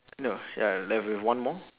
no uh that will be one more